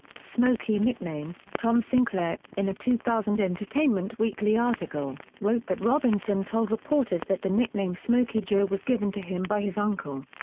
smokey nickname tom sinclair, in a two thousand entertainment weekly article, wrote that robinson told reporters that the nickname smokey joe was given to him by his uncle.